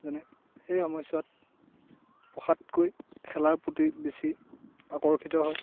যেনে সেই সময়ছোৱাত পঢ়াতকৈ খেলাৰ প্ৰতি বেছি আকৰ্ষিত হয়